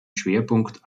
schwerpunkt